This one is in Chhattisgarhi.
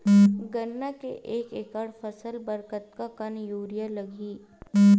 गन्ना के एक एकड़ फसल बर कतका कन यूरिया लगही?